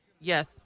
Yes